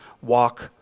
walk